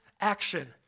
action